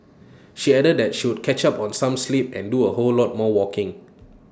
she added that she would catch up on some sleep and do A whole lot more walking